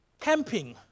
camping